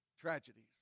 Tragedies